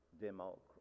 democracy